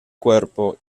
cuerpo